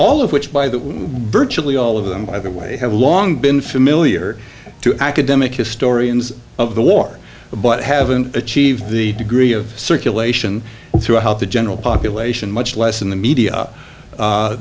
all of which by the word chile all of them by the way have long been familiar to academic historians of the war but haven't achieved the degree of circulation throughout the general population much less in the media